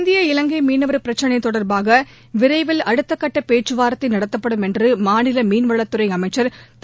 இந்திய இலங்கை மீனவர் பிரச்னை தொடர்பாக விரைவில் அடுத்த கட்ட பேச்சுவார்த்தை நடத்தப்படும் என்று மாநில மீன்வளத்துறை அமைச்சர் திரு